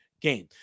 game